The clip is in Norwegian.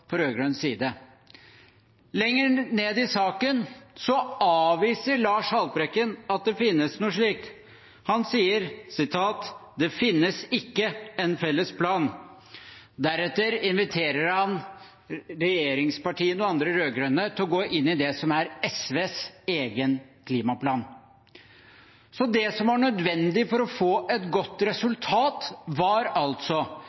på rød-grønn side. Lenger nede i saken avviser representanten Lars Haltbrekken at det finnes noe slikt. Han sier: «Det finnes ikke en felles plan.» Deretter inviterer han regjeringspartiene og andre rød-grønne til å gå inn i det som er SVs egen klimaplan. Det som var nødvendig for å få et godt